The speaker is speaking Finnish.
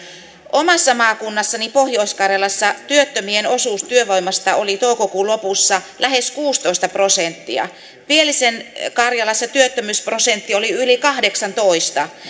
omassa maakunnassani pohjois karjalassa työttömien osuus työvoimasta oli toukokuun lopussa lähes kuusitoista prosenttia pielisen karjalassa työttömyysprosentti oli yli kahdeksantoista